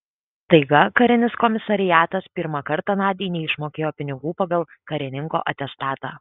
staiga karinis komisariatas pirmą kartą nadiai neišmokėjo pinigų pagal karininko atestatą